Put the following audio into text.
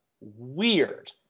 weird